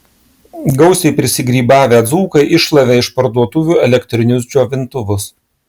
gausiai prisigrybavę dzūkai iššlavė iš parduotuvių elektrinius džiovintuvus